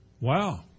Wow